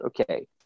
okay